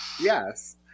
Yes